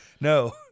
No